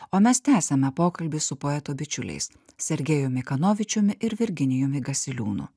o mes tęsiame pokalbį su poeto bičiuliais sergejumi kanovičiumi ir virginijumi gasiliūnu